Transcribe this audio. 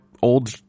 old